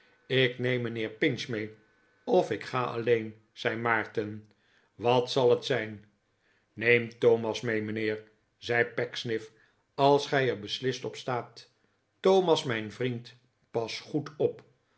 lk neem mijnheer pinch mee of ik ga alleen zei maarten wat zal het zijn neem thomas mee mijnheer zei pecksniff als gij er beslist op staat thomas mijn vriend pas goed op